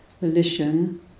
volition